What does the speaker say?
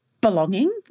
belonging